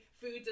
foods